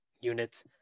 units